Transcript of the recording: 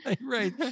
Right